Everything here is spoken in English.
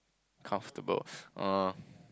comfortable err